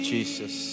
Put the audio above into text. Jesus